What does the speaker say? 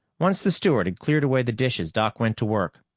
once the steward had cleared away the dishes, doc went to work.